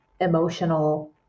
emotional